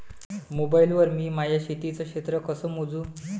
Mobile वर मी माया शेतीचं क्षेत्र कस मोजू?